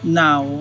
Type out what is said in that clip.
now